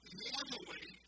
normally